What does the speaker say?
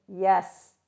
yes